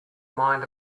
mind